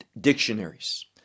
dictionaries